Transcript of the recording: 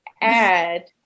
add